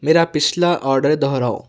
میرا پچھلا آرڈر دہراؤ